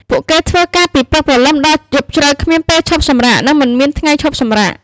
ពួកគេធ្វើការពីព្រឹកព្រលឹមដល់យប់ជ្រៅ គ្មានពេលឈប់សម្រាក និងមិនមានថ្ងៃឈប់សម្រាក។